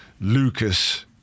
Lucas